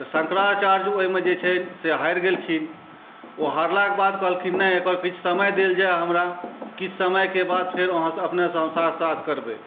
तऽ शंकराचार्य जे ओहिमे जे छै से हारि गेलखिन ओ हारलाके बाद कहलखिन नहि एकर किछु समय देल जाए हमरा किछु समयके बाद फेर अहाँ अपनेसँ शास्त्रार्थ करबै